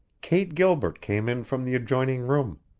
kate gilbert came in from the adjoining room.